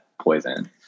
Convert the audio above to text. poison